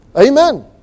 Amen